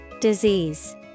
Disease